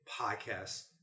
podcast